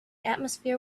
atmosphere